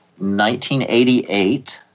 1988